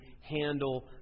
handle